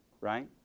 right